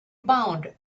bound